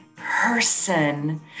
Person